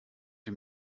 ihm